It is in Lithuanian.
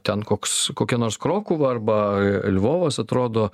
ten koks kokia nors krokuva arba lvovas atrodo